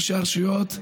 לראשי הרשויות,